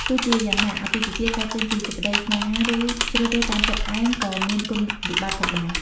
ទោះជាយ៉ាងណា អាពាហ៍ពិពាហ៍កើតចេញពីសេចក្តីស្នេហា ឬជ្រើសរើសតាមចិត្ដឯងក៏មានគុណវិបត្តិផងដែរ។